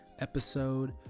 episode